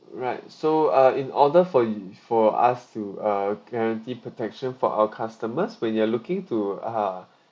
right so uh in order for you for us to uh guarantee protection for our customers when you are looking to uh